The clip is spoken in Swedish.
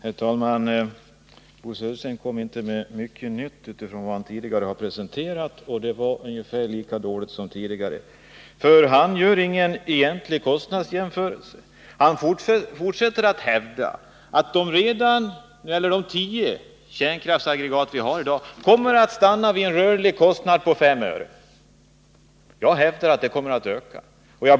Herr talman! Bo Södersten kommer inte med mycket nytt utifrån vad han tidigare presenterat, och detta är ungefär lika dåligt. Han gör ingen egentlig kostnadsjämförelse. Han fortsätter att hävda att för de tio kärnkraftsaggregat vi har i dag kommer den rörliga kostnaden att stanna på 5 öre/kWh. Jag hävdar att kostnaden kommer att öka.